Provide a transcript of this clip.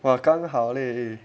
!wah! 刚好 leh